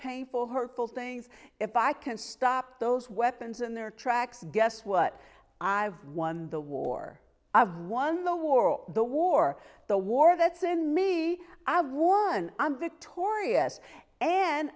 painful hurtful things if i can stop those weapons in their tracks guess what i've won the war i've won the world the war the war that's in me i've won i'm victorious and